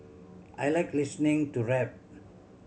I like listening to rap